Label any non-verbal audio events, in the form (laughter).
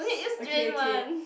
(noise) okay okay